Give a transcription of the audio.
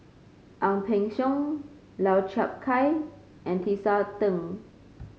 Ang Peng Siong Lau Chiap Khai and Tisa Ng